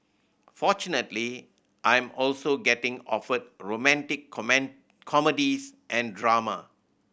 fortunately I'm also getting offered romantic comedies and drama